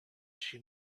she